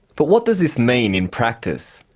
but what does this mean in practice?